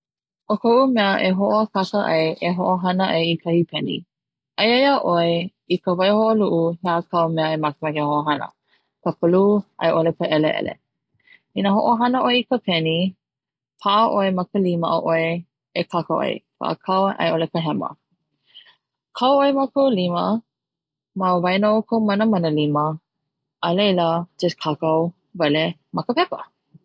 O koʻu mea e hoakaka ai e hoʻohana ai i kahi peni aia iaʻoe i ka waihoʻoluʻu he aha kau me makemake e hoʻohana ka polu aiʻole ka ʻeleʻele i na hoʻohana ʻoe i ka peni paʻa ʻoe ma ka lima a ʻoe e kakau ai ka ʻakau aiʻole ka hema, kau ʻoe ma kau lima ma waena kou manamanalima alaila kakau wale ma ka pepa.